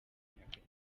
ntagatifu